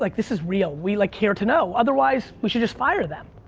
like this is real. we like care to know. otherwise, we should just fire them.